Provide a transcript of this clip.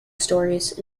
stories